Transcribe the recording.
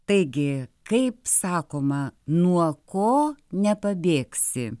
taigi kaip sakoma nuo ko nepabėgsi